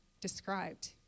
described